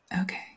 Okay